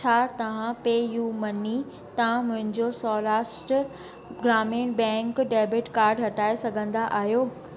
छा तव्हां PayUMoney तां मुंहिंजो Saurashtra Gramin bank debit card हटाए सघंदा आहियो